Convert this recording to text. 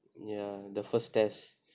ya the first test